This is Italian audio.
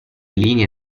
linee